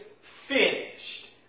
finished